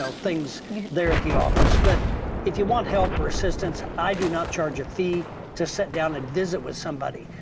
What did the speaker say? so things there at the office. but if you want help or assistance, i do not charge a fee to sit down and visit with somebody.